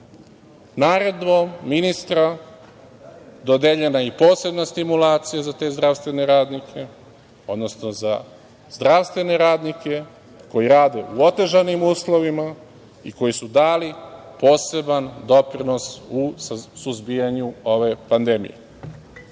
Naredbom ministra dodeljena je i posebna stimulacija za te zdravstvene radnike, odnosno za zdravstvene radnike koji rade u otežanim uslovima i koji su dali poseban doprinos u suzbijanju ove pandemije. Zaključkom